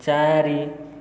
ଚାରି